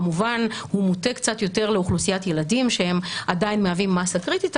כמובן הוא מוטה קצת יותר לאוכלוסיית ילדים שהם עדיין מהווים מסה קריטית,